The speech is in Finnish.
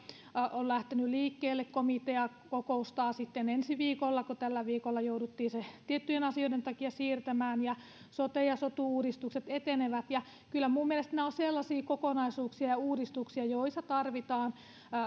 on lähtenyt liikkeelle komitea kokoustaa sitten ensi viikolla kun tällä viikolla jouduttiin se tiettyjen asioiden takia siirtämään sote ja sotu uudistukset etenevät kyllä minun mielestäni nämä ovat sellaisia kokonaisuuksia ja uudistuksia joissa tarvitaan